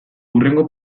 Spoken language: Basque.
hurrengo